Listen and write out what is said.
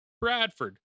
Bradford